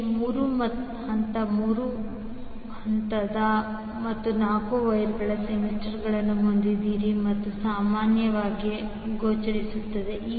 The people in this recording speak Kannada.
ನೀವು 3 ಹಂತ 3 ಹಂತ ಮತ್ತು 4 ವೈರ್ಸಿಸ್ಟಮ್ಗಳನ್ನು ಹೊಂದಿದ್ದರೆ ಇದು ಸಾಮಾನ್ಯವಾಗಿ ಗೋಚರಿಸುತ್ತದೆ